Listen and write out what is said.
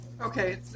Okay